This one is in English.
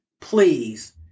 please